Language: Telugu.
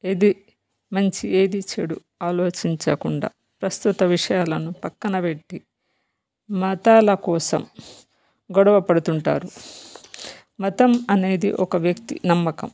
ఏది మంచి ఏది చెడు ఆలోచించకుండా ప్రస్తుత విషయాలను పక్కన పెట్టి మతాల కోసం గొడవపడుతుంటారు మతం అనేది ఒక వ్యక్తి నమ్మకం